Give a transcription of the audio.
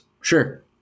Sure